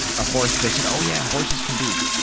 a horse, they said, oh, yeah, horses can be,